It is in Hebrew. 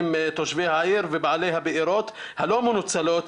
תושבי העיר ובעלי הבארות הלא מנוצלות,